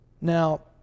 Now